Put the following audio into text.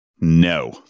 No